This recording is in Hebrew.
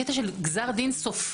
הקטע של גזר דין סופי,